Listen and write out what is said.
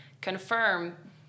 confirm